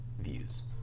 views